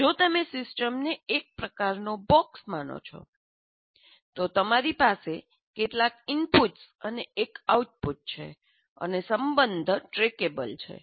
જો તમે સિસ્ટમને એક પ્રકારનો બોક્સ માને છે તો તમારી પાસે કેટલાક ઇનપુટ્સ અને એક આઉટપુટ છે અને સંબંધ ટ્રેક્ટેબલ છે